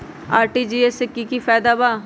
RTGS से की की फायदा बा?